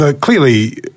clearly